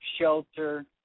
shelter